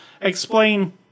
explain